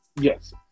yes